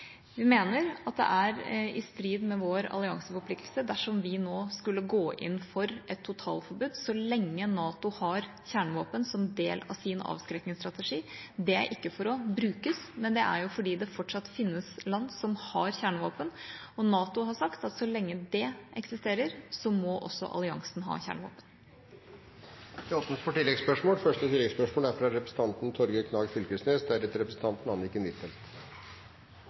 Vi mener at det er i strid med vår allianseforpliktelse dersom vi nå skulle gå inn for et totalforbud, så lenge NATO har kjernevåpen som del av sin avskrekkingsstrategi. De er ikke til for å brukes, men fordi det fortsatt finnes land som har kjernevåpen. NATO har sagt at så lenge det eksisterer, må også alliansen ha kjernevåpen. Det blir gitt anledning til oppfølgingsspørsmål – først Torgeir Knag Fylkesnes.